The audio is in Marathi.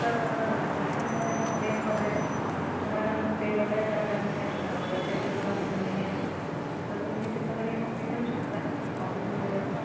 सर्व सर्व हॉस्टेलमध्ये मग मेस वगैरे ते तुम्हाला मग पे वगैरे करायला लागणार आहे का वर्षाचे किंवा मग महिन्याचे तर तुम्ही ते सगळं येऊन तुम्ही विचारू शकता ऑफिसमध्ये जाऊन